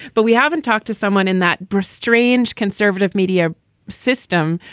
but we haven't talked to someone in that. bruce, strange conservative media system,